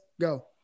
go